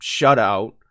shutout